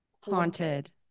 haunted